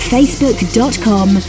Facebook.com